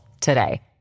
today